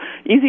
easy